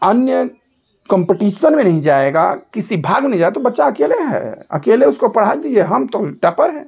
अन्य कंपटीशन में नहीं जाएगा किसी भाग में नहीं जाएगा तो बच्चा अकेला है अकेले उसको पढ़ा दिए हम तो टॉपर हैं